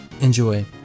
Enjoy